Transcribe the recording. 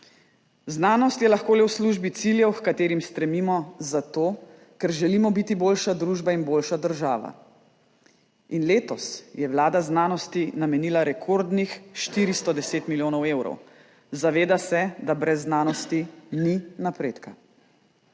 Znanost je lahko le v službi ciljev, h katerim stremimo zato, ker želimo biti boljša družba in boljša država. In letos je vlada znanosti namenila rekordnih 410 milijonov evrov. Zaveda se, da brez znanosti ni napredka.